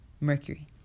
Mercury